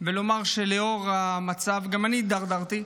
ולומר שלאור המצב גם אני התדרדרתי,